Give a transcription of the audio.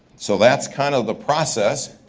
so that's kind of the process.